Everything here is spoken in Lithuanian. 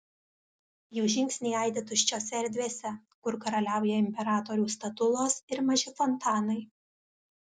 jų žingsniai aidi tuščiose erdvėse kur karaliauja imperatorių statulos ir maži fontanai